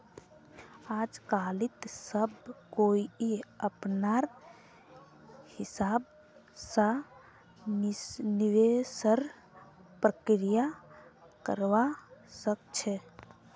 आजकालित सब कोई अपनार हिसाब स निवेशेर प्रक्रिया करवा सख छ